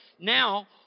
Now